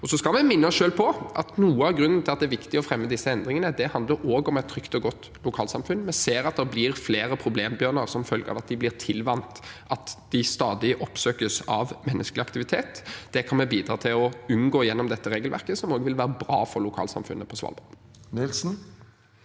Så skal vi minne oss selv på at noe av grunnen til at det er viktig å fremme disse endringene, handler også om et trygt og godt lokalsamfunn. Vi ser at det blir flere problembjørner som følge av at de blir tilvant at de stadig oppsøkes av menneskelig aktivitet. Det kan vi bidra til å unngå gjennom dette regelverket, som også vil være bra for lokalsamfunnet på Svalbard. Marius